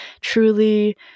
Truly